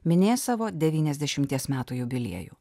minės savo devyniasdešimties metų jubiliejų